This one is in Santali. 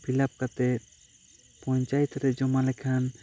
ᱯᱷᱤᱞᱟᱯ ᱠᱟᱛᱮᱜ ᱯᱚᱧᱪᱟᱭᱮᱛ ᱨᱮ ᱡᱚᱢᱟ ᱞᱮᱠᱷᱟᱱᱟ